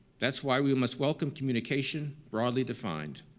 that's why we must welcome communication, broadly defined.